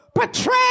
betrayed